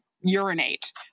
urinate